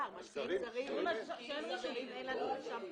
משקיעים זרים אין לנו מרשם פלילי.